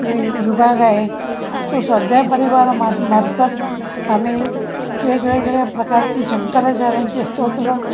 वि विभाग आहे तो स्वाध्याय परिवारामा मार्फत आम्ही वेगवेगळ्या प्रकारचे शंकराचार्यांचे स्तोत्र